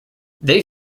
they